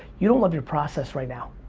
you don't love your process right now.